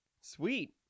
sweet